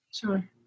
Sure